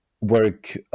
work